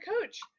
coach